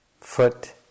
foot